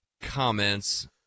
Comments